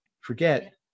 Forget